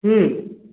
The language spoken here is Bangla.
হুম